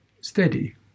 steady